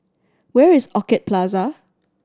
where is Orchid Plaza